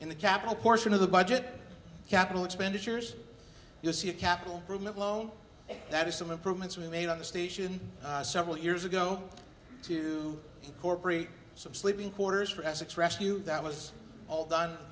in the capital portion of the budget capital expenditures you see a capital loan that is some improvements we made on the station several years ago to incorporate some sleeping quarters for essex rescue that was all done